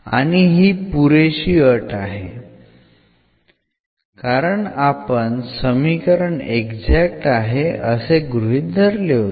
आणि ही पुरेशी अट आहे कारण आपण समीकरण एक्झॅक्ट आहे असे गृहीत धरले होते